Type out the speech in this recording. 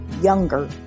younger